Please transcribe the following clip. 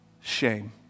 shame